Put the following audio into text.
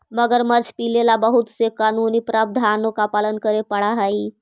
मगरमच्छ पीले ला बहुत से कानूनी प्रावधानों का पालन करे पडा हई